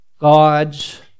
God's